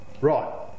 right